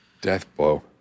Deathblow